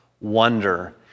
wonder